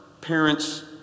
parents